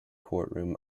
courtroom